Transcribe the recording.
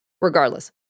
Regardless